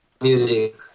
music